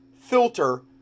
filter